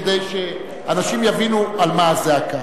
כדי שאנשים יבינו על מה הזעקה.